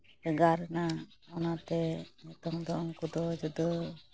ᱵᱷᱮᱜᱟᱨᱮᱱᱟ ᱚᱱᱟᱛᱮ ᱱᱤᱛᱳᱝ ᱫᱚ ᱩᱝᱠᱩ ᱫᱚ ᱡᱩᱫᱟᱹ